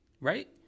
right